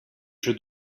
jeu